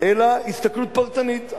"אלא הסתכלות פרטנית".